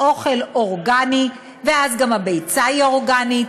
אוכל אורגני, ואז גם הביצה היא אורגנית,